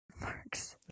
Marks